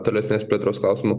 tolesnės plėtros klausimu